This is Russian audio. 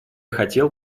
хотел